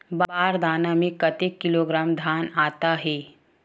बार दाना में कतेक किलोग्राम धान आता हे?